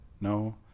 No